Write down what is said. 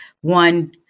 one